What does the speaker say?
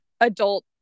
adult